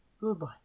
Goodbye